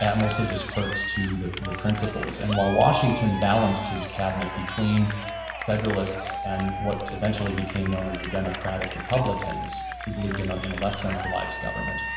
and mostly just clerks to the the principles. and while washington balanced his cabinet between federalists and what eventually became known as the democratic republicans, who believed in in a less centralized government,